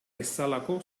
bezalako